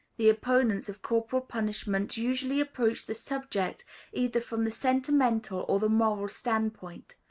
the opponents of corporal punishment usually approach the subject either from the sentimental or the moral standpoint.